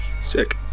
sick